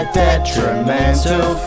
detrimental